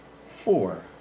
four